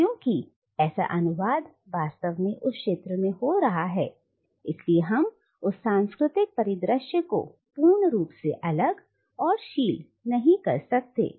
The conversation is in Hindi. लेकिन क्योंकि ऐसा अनुवाद वास्तव में उस क्षेत्र में हो रहा है इसलिए हम उस सांस्कृतिक परिदृश्य को पूर्ण रूप से अलग और शील नहीं कर सकते